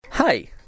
Hi